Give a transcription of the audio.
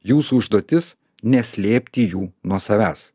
jūsų užduotis neslėpti jų nuo savęs